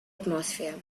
atmosphere